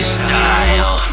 style